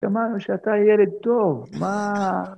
‫שמענו שאתה ילד טוב, מה...